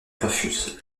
refuse